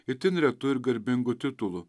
itin retu ir garbingu titulu